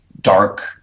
dark